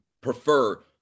prefer